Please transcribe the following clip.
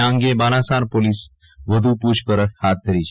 આ અંગે બાલાસાર પોલીસે વ્ધુ પૂછપરછ હાથ ધરી છે